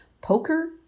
Poker